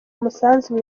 umusanzu